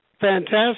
Fantastic